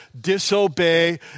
disobey